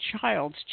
child's